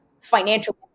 financial